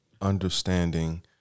Understanding